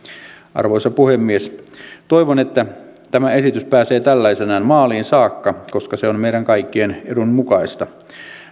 arvoisa puhemies toivon että tämä esitys pääsee tällaisenaan maaliin saakka koska se on meidän kaikkien edun mukaista